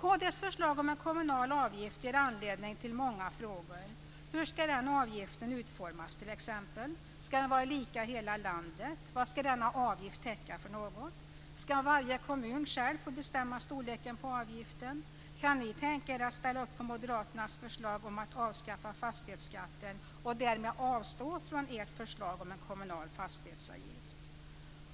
Kd:s förslag om en kommunal avgift ger anledning till många frågor. Hur ska t.ex. avgiften utformas? Ska den vara lika i hela landet? Vad ska denna avgift täcka för något? Ska varje kommun själv få bestämma storleken på avgiften? Kan ni tänka er att ställa upp på Moderaternas förslag om att avskaffa fastighetsskatten och därmed avstå från ert förslag om en kommunal fastighetsavgift?